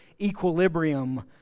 equilibrium